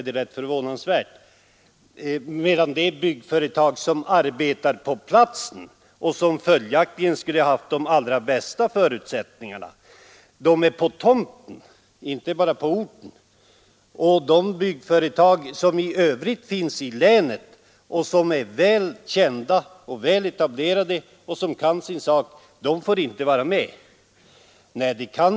Det byggföretag däremot som arbetar på platsen och som följaktligen skulle ha haft de bästa förutsättningarna — finns redan på arbetsplatsen, inte bara på orten — och de byggföretag som i övrigt finns i länet, är väl kända och väl etablerade och kan sin sak, dessa får inte vara med.